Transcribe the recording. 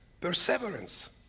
perseverance